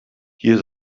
hier